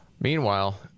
Meanwhile